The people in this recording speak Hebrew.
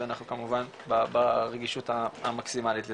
ואנחנו כמובן ברגישות המקסימאלית לזה.